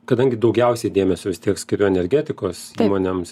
kadangi daugiausiai dėmesio vis tiek skiriu energetikos įmonėms